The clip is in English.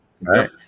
Right